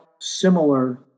similar